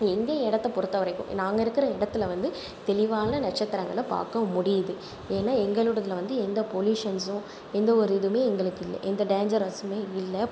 எங்கள் இடத்தை பொருத்த வரைக்கும் நாங்கள் இருக்கிற இடத்தில் வந்து தெளிவான நட்சத்திரங்களை பார்க்க முடியுது ஏன்னால் எங்களோடயதுல வந்து எந்த பொலியுசன்ஷும் எந்த ஒரு இதுவுமே எங்களுக்கு இல்லை எந்த டேஞ்சரஸுமே இல்லை